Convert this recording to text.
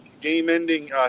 game-ending